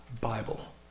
Bible